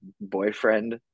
boyfriend